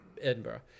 Edinburgh